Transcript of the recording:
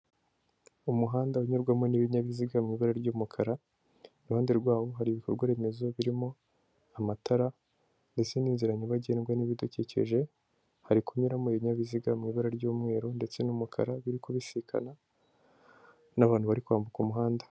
Umuhanda unyurwamo n'ibinyabiziga mu ibara ry'umukara, iruhande rwawo hari ibikorwa remezo birimo amatara ndetse n'inzira nyabagendwa n'ibidukikije, hari kunyuramo ibinyabiziga mu ibara ry'umweru ndetse n'umukara biri kubisikana, n'abantu bari kwambuka umuhanda.